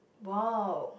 !wow!